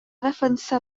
defensar